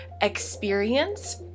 experience